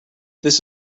this